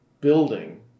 building